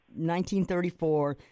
1934